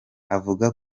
avuga